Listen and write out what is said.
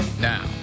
now